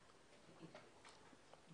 כן,